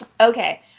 okay